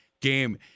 game